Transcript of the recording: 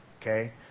okay